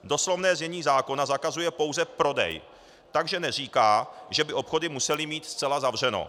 Doslovné znění zákona zakazuje pouze prodej, takže neříká, že by obchody musely mít zcela zavřeno.